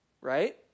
right